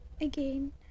again